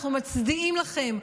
אנחנו מצדיעים לכם,